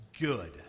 good